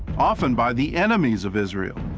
often by the enemies of israel.